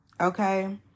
Okay